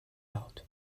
out